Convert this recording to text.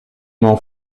mon